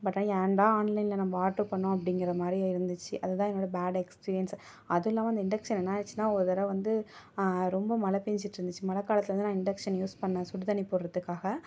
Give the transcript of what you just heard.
but ஏன் தான் ஆன்லைனில் நம்ப ஆர்ட்ரு பண்ணோம் அப்படிங்கிற மாதிரியே இருந்துச்சு அது தான் என்னோட பேட் எக்ஸ்பீரியன்ஸு அதுவும் இல்லாமல் அந்த இண்டக்ஷன் என்னாயிருச்சுன்னா ஒரு தடவ வந்து ரொம்ப மழை பேஞ்சுட்ருந்துச்சு மழை காலத்தில் வந்து நான் இண்டக்ஷன் யூஸ் பண்ணேன் சூடு தண்ணி போடுறதுக்காக